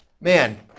man